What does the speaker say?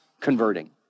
converting